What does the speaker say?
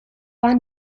war